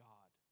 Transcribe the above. God